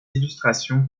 illustrations